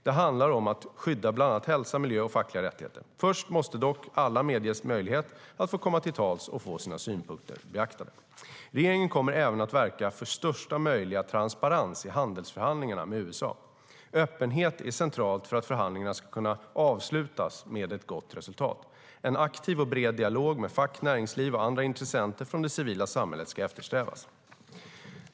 Det handlar om att skydda bland annat hälsa, miljö och fackliga rättigheter. Först måste dock alla medges möjlighet att få komma till tals och få sina synpunkter beaktade. Regeringen kommer även att verka för största möjliga transparens i handelsförhandlingarna med USA. Öppenhet är centralt för att förhandlingen ska kunna avslutas med ett gott resultat. En aktiv och bred dialog med fack, näringsliv och andra intressenter från det civila samhället ska eftersträvas.